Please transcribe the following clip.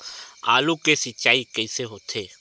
आलू के सिंचाई कइसे होथे?